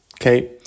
okay